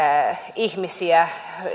ihmisiä